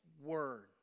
Word